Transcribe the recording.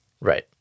Right